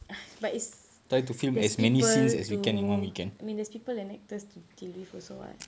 ah but it's there's people to I mean there's people and actors to deal with also [what]